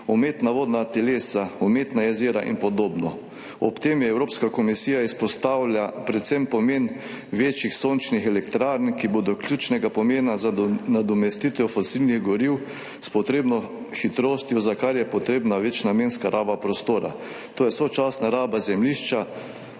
umetna vodna telesa, umetna jezera in podobno. Ob tem je Evropska komisija izpostavila predvsem pomen večjih sončnih elektrarn, ki bodo ključnega pomena za nadomestitev fosilnih goriv s potrebno hitrostjo, za kar je potrebna večnamenska raba prostora. To je sočasna raba zemljišča